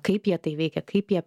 kaip jie tai veikia kaip jie